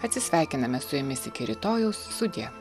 atsisveikiname su jumis iki rytojaus sudie